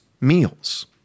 meals